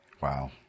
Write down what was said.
Wow